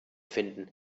finden